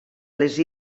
les